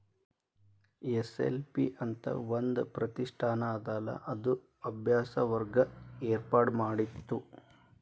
SNP ಅಂತ್ ಒಂದ್ ಪ್ರತಿಷ್ಠಾನ ಅದಲಾ ಅದು ಅಭ್ಯಾಸ ವರ್ಗ ಏರ್ಪಾಡ್ಮಾಡಿತ್ತು